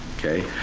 okay?